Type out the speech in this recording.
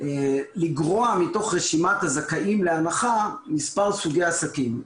לגרוע מתוך רשימת הזכאים להנחה מספר סוגי עסקים.